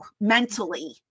mentally